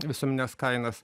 visumines kainas